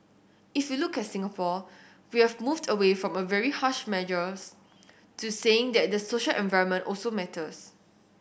if you look at Singapore we have moved away from very harsh measures to saying that the social environment also matters